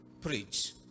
preach